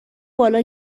بالا